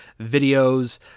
videos